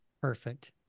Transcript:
Perfect